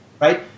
right